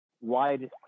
wide